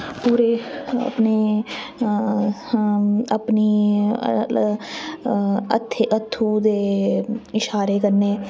पूरे अपने अपनी हत्थें हत्थु दे इशारे कन्नै